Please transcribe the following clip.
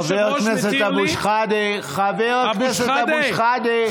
חבר הכנסת אבו שחאדה, חבר הכנסת אבו שחאדה.